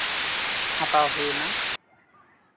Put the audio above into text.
ᱦᱟᱛᱟᱣ ᱦᱩᱭᱱᱟ